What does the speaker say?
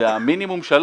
והמינימום 3